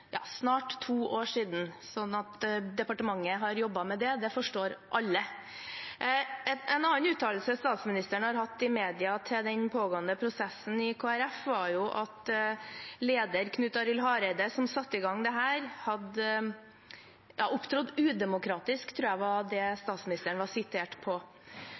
snart to år siden. At departementet har jobbet med den, forstår alle. En annen uttalelse statsministeren har hatt i media i forbindelse med den pågående prosessen i Kristelig Folkeparti, er at leder Knut Arild Hareide, som satte i gang dette, hadde opptrådt udemokratisk – det tror jeg statsministeren ble sitert på. For bare ett år siden var det